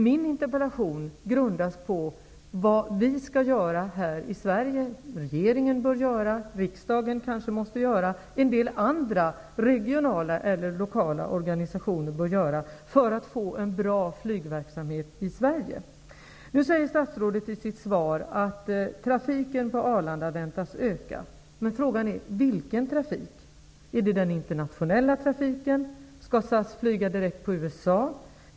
Min interpellation grundas på vad vi skall göra här i Sverige, vad regeringen bör göra, vad riksdagen kanske måste göra och vad en del regionala eller lokala organisationer bör göra för att få en bra flygverksamhet i Sverige. Arlanda väntas öka. Men frågan är: Vilken trafik? Är det den internationella trafiken? Skall SAS flyga direkt på USA?